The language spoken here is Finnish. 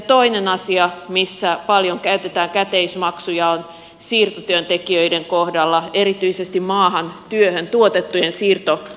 toinen asia missä paljon käytetään käteismaksuja on siirtotyöntekijöiden kohdalla erityisesti maahan työhön tuotettujen siirtotyöntekijöiden